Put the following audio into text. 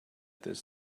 this